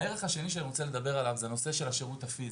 הערך השני שאני רוצה לדבר עליו זה הנושא של השירות הפיזי.